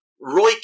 Roy